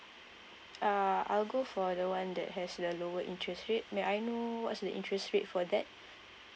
uh I'll go for the one that has the lower interest rate may I know what's the interest rate for that